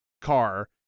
car